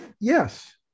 Yes